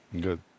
Good